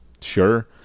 sure